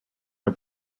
are